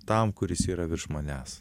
tam kuris yra virš manęs